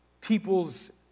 people's